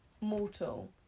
Mortal